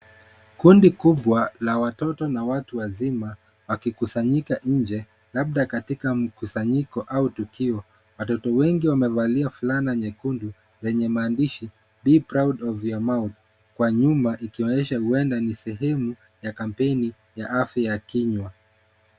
Kundi kubwa la watoto na watu wazima, wakikusanyika nje labda katika mkusanyiko au tukio. Watoto wengi wamevalia fulana nyekundu yenye maandishi BE PROUD OF YOUR MOUTH kwa nyuma ikionyesha ueda ni sehemu ya kampeni ya afya ya kinywa.